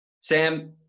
Sam